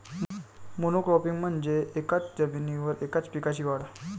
monocropping म्हणजे एकाच जमिनीवर एकाच पिकाची वाढ